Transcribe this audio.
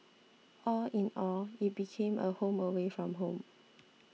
all in all it became a home away from home